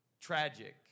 tragic